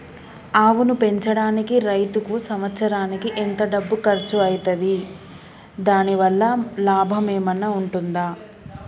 ఆవును పెంచడానికి రైతుకు సంవత్సరానికి ఎంత డబ్బు ఖర్చు అయితది? దాని వల్ల లాభం ఏమన్నా ఉంటుందా?